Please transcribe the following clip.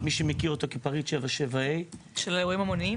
מי שמכיר אותו זה סעיף 77A. אירועים המוניים?